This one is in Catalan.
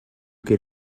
que